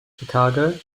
chicago